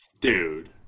Dude